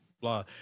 blah